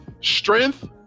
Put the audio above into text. strength